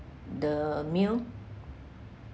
the meal